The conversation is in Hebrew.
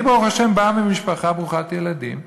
אני, ברוך השם, בא ממשפחה ברוכת ילדים.